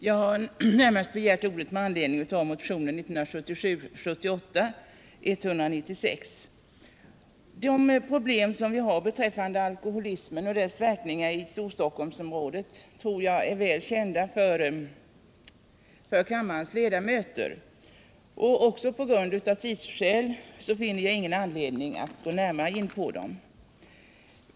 Herr talman! Jag har begärt ordet närmast med anledning av motionen 1977/78:196. De problem som vi har genom alkoholismen och dess verkningar i Storstockholmsområdet tror jag är väl kända för kammarens ledamöter. Också av tidsskäl finner jag det mindre motiverat att här närmare gå in på detta.